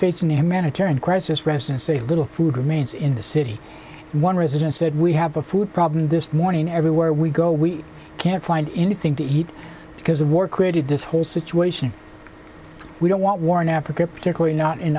a mandatory and crisis residence a little food remains in the city one resident said we have a food problem this morning everywhere we go we can't find anything to eat because the war created this whole situation we don't want war in africa particularly not in